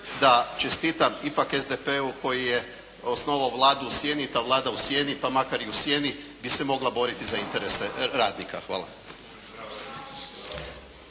da čestitam ipak SDP-u koji je osnovao Vladu u sjeni. Ta Vlada u sjeni, pa makar i u sjeni bi se mogla boriti za interese radnika. Hvala.